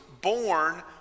born